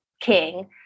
king